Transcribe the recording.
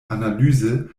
analyse